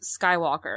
Skywalker